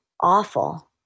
awful